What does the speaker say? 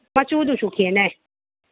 ꯃꯆꯨꯗꯨꯁꯨ ꯈꯦꯠꯅꯩ